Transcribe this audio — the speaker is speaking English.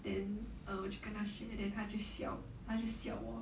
then err 我就跟他 share then 她就笑她就笑去我